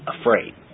afraid